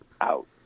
out